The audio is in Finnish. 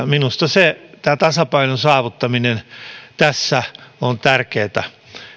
minusta tämä tasapainon saavuttaminen tässä on tärkeätä